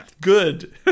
good